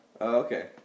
okay